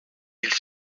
mille